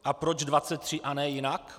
A proč 23 a ne jinak?